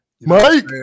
Mike